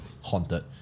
haunted